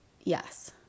Yes